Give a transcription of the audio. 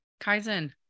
Kaizen